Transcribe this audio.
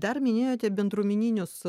dar minėjote bendruomeninius